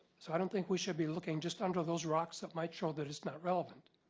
so i don't think we should be looking just under those rocks that might show that it is not relevant.